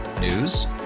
News